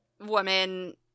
woman